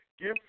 Give